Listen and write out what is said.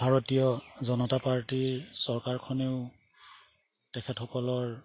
ভাৰতীয় জনতা পাৰ্টীৰ চৰকাৰখনেও তেখেতসকলৰ